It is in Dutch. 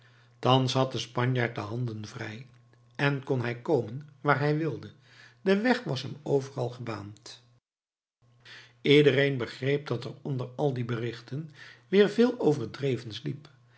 thans had de spanjaard de handen vrij en kon hij komen waar hij wilde de weg was hem overal gebaand iedereen begreep dat er onder al die berichten weer veel overdrevens liep